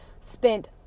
spent